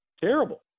terrible